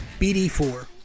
BD4